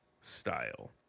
style